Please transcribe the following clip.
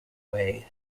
way